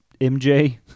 MJ